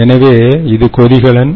எனவே இது கொதிகலன்